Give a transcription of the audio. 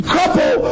couple